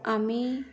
आमी